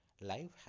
life